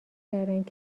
کردند